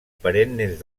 perennes